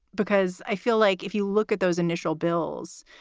because i feel like if you look at those initial bills,